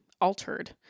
altered